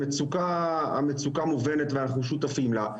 המצוקה מובנת ואנחנו שותפים לה.